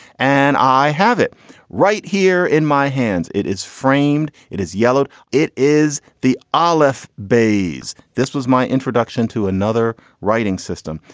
and i have it right here in my hands. it is framed. it is yellowed. it is the alef baize. this was my introduction to another writing system.